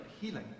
healing